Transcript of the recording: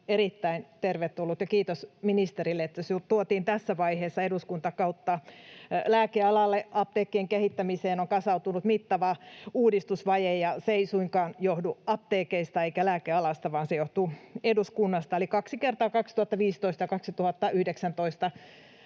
erittäin tervetullut. Kiitos ministerille, että se tuotiin tässä vaiheessa eduskuntakautta. Lääkealalle apteekkien kehittämiseen on kasautunut mittava uudistusvaje, ja se ei suinkaan johdu apteekeista eikä lääkealasta, vaan se johtuu eduskunnasta. Eli kaksi kertaa, 2015 ja 2019,